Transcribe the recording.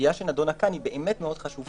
הסוגיה שנדונה כאן היא באמת מאוד חשובה,